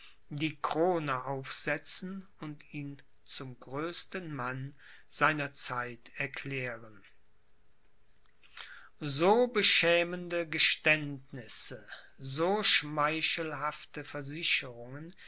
die krone aufsetzen und ihn zum größten mann seiner zeit erklären so beschämende geständnisse so schmeichelhafte versicherungen